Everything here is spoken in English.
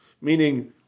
meaning